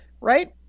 right